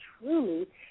truly